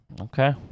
Okay